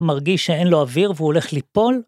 מרגיש שאין לו אוויר והוא הולך ליפול?